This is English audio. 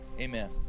amen